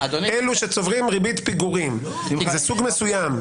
אלו שצוברים ריבית פיגורים זה סוג מסוים.